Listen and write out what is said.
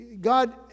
God